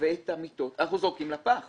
והמיטות אנחנו זורקים לפח